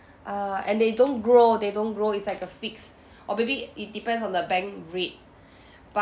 err and they don't grow they don't grow is like a fix or maybe it depends on the bank rate